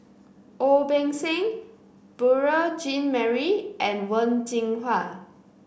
Ong Beng Seng Beurel Jean Marie and Wen Jinhua